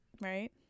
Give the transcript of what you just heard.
Right